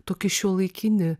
tokį šiuolaikinį